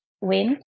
win